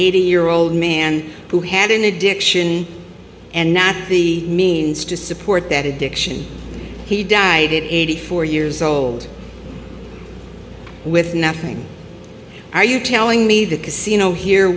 eighty year old man who had an addiction and not the means to support that addiction he died at eighty four years old with nothing are you telling me the casino here